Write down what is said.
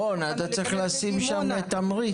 רון, אתה צריך לשים שם תמריץ.